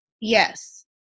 Yes